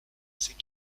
c’est